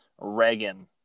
Reagan